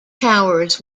towers